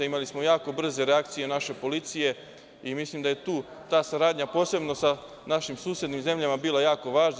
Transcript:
Imali smo jako brze reakcije naše policije i mislim da je tu ta saradnja, posebno sa našim susednim zemljama, bila jako važna.